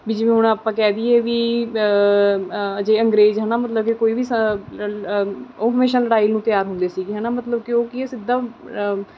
ਵੀ ਜਿਵੇਂ ਹੁਣ ਆਪਾਂ ਕਹਿ ਦਈਏ ਵੀ ਜੇ ਅੰਗਰੇਜ਼ ਹੈ ਨਾ ਮਤਲਬ ਕਿ ਕੋਈ ਵੀ ਉਹ ਹਮੇਸ਼ਾ ਲੜਾਈ ਨੂੰ ਤਿਆਰ ਹੁੰਦੇ ਸੀਗੇ ਹੈ ਨਾ ਮਤਲਬ ਕਿ ਉਹ ਕੀ ਹੈ ਸਿੱਧਾ